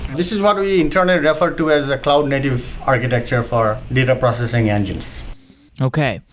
this is what we internally refer to as a cloud native architecture for data processing engines okay.